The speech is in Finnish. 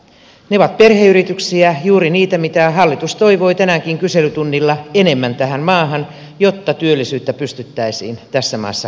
ne ovat perheyrityksiä juuri niitä mitä hallitus toivoi tänäänkin kyselytunnilla enemmän tähän maahan jotta työllisyyttä pystyttäisiin tässä maassa hoitamaan